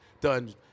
done